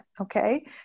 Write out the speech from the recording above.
okay